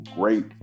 great